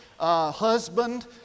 Husband